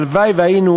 הלוואי שהיינו